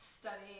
studying